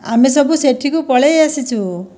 ଆମେ ସବୁ ସେଠାକୁ ପଳାଇଆସିଛୁ